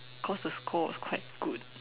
cause the score was quite good